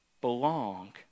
belong